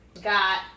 got